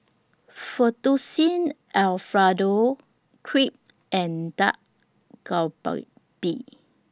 Fettuccine Alfredo Crepe and Dak Galbi